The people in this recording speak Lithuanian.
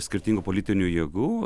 skirtingų politinių jėgų